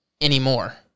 anymore